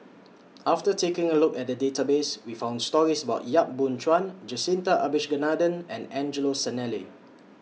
after taking A Look At The Database We found stories about Yap Boon Chuan Jacintha Abisheganaden and Angelo Sanelli